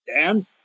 Dan